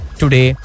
today